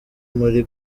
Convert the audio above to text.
muri